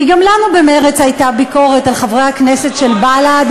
כי לנו במרצ הייתה ביקורת על חברי הכנסת של בל"ד,